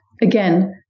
Again